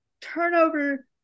turnover